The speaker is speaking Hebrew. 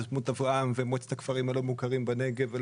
יוזמות אברהם ומועצת הכפרים הלא מוכרים בנגב אל